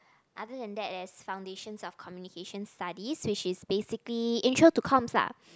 other than that there's foundations of communication studies which is basically intro to comms ah